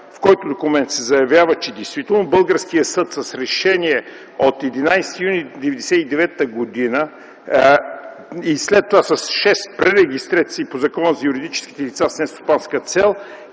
камара. В него се заявява, че действително българският съд с Решение от 11 юни 1999 г. и след това с шест пререгистрации по Закона за юридическите лица с нестопанска цел